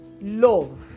Love